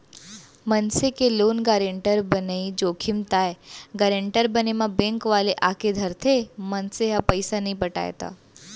मनसे के loan guarantor बनई जोखिम ताय गारेंटर बने म बेंक वाले आके धरथे, मनसे ह पइसा नइ पटाय त